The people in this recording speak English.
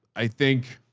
i think